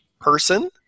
person